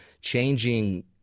changing